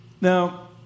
Now